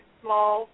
small